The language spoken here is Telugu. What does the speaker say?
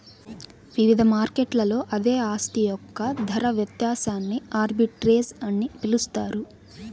వివిధ మార్కెట్లలో అదే ఆస్తి యొక్క ధర వ్యత్యాసాన్ని ఆర్బిట్రేజ్ అని పిలుస్తారు